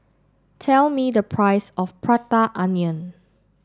tell me the price of Prata Onion